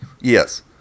Yes